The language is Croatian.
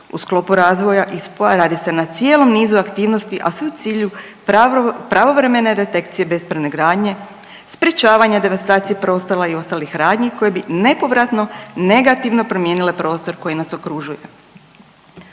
U sklopu razvoja i spoja radi se na cijelom nizu aktivnosti, a sve u cilju pravovremene detekcije bespravne gradnje, sprječavanja devastacije prostora i ostalih radnji koje bi nepovratno negativno promijenile prostor koji nas okružuje.